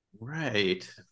Right